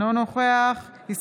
אינו נוכח חיים כץ,